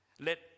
Let